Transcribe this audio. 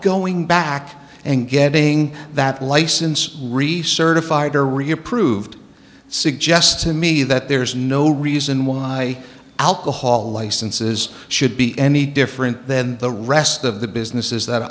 going back and getting that license recertified or reapproved suggests to me that there's no reason why alcohol licenses should be any different than the rest of the businesses that